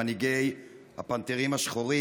ממנהיגי הפנתרים השחורים,